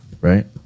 right